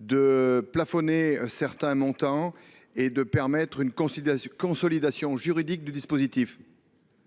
de plafonner certains montants et de permettre une consolidation juridique du dispositif